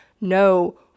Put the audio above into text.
No